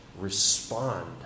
respond